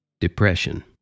depression